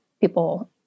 people